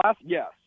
yes